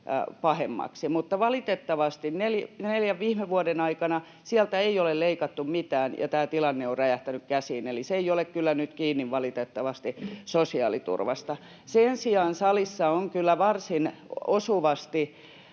pahemmaksi, mutta valitettavasti neljän viime vuoden aikana sieltä ei ole leikattu mitään ja tämä tilanne on räjähtänyt käsiin. Eli se ei ole kyllä nyt valitettavasti kiinni sosiaaliturvasta. Sen sijaan salissa on kyllä varsin osuvasti